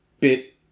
bit